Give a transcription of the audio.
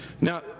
Now